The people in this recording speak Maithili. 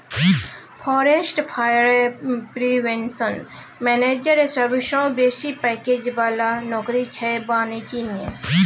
फारेस्ट फायर प्रिवेंशन मेनैजर सबसँ बेसी पैकैज बला नौकरी छै बानिकी मे